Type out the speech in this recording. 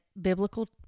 biblical